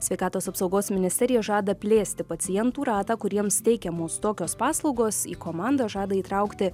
sveikatos apsaugos ministerija žada plėsti pacientų ratą kuriems teikiamos tokios paslaugos į komandą žada įtraukti